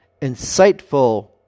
insightful